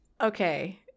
okay